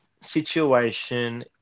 situation